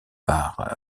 par